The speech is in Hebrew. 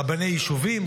רבני יישובים,